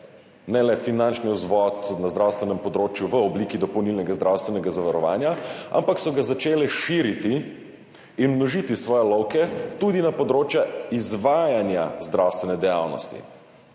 ne le finančni vzvod na zdravstvenem področju v obliki dopolnilnega zdravstvenega zavarovanja, ampak so ga začele širiti in množiti svoje lovke tudi na področje izvajanja zdravstvene dejavnosti.